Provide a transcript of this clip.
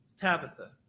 Tabitha